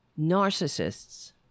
narcissists